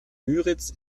müritz